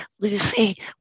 Lucy